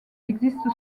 existe